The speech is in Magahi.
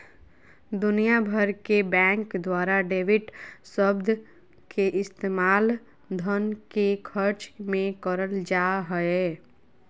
दुनिया भर के बैंक द्वारा डेबिट शब्द के इस्तेमाल धन के खर्च मे करल जा हय